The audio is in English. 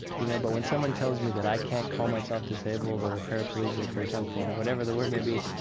you know? but when someone tells me that i can't call myself disabled or a paraplegic or something, or whatever the word may be,